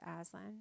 Aslan